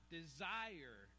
desire